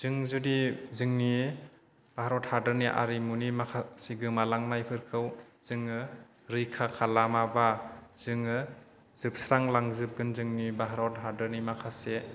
जों जुदि जोंनि भारत हादोरनि आरिमुनि माखासे गोमालांनायफोरखौ जोङो रैखा खालामाबा जोङो जोबस्रांलांजोबगोन जोंनि भारत हादरनि माखासे